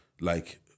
like-